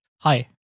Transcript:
Hi